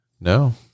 No